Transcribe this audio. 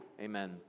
amen